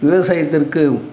விவசாயத்திற்கு